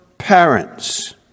parents